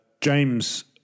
James